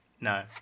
No